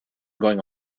going